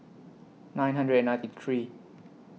nine hundred and ninety three